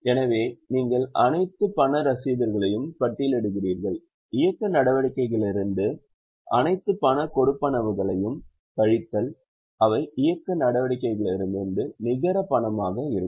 எனவே நீங்கள் அனைத்து பண ரசீதுகளையும் பட்டியலிடுகிறீர்கள் இயக்க நடவடிக்கைகளிலிருந்து அனைத்து பண கொடுப்பனவுகளையும் கழித்தால் அவை இயக்க நடவடிக்கைகளிலிருந்து நிகர பணமாக இருக்கும்